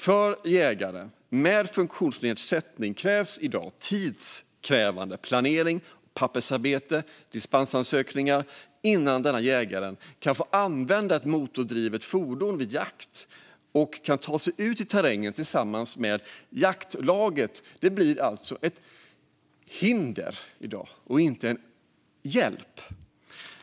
För jägare med funktionsnedsättning krävs i dag tidskrävande planering, pappersarbete och dispensansökningar innan jägaren får använda ett motordrivet fordon vid jakt och kan ta sig ut i terrängen tillsammans med jaktlaget. Det blir alltså ett hinder i dag, inte en hjälp.